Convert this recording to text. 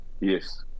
Yes